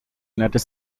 united